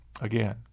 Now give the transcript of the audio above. again